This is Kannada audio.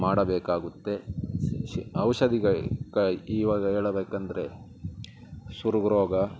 ಮಾಡಬೇಕಾಗುತ್ತೆ ಔಷಧಿಗೆ ಇವಾಗ ಹೇಳಬೇಕಂದರೆ ಸುರುಬುರೋಗ